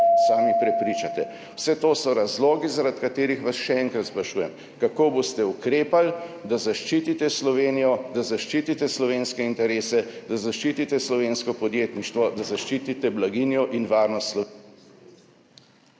Vse to so razlogi, zaradi katerih vas še enkrat sprašujem: Kako boste ukrepali da zaščitite Slovenijo, da zaščitite slovenske interese, da zaščitite slovensko podjetništvo, da zaščitite blaginjo in varnost Slovenk